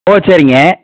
ஓ சரிங்க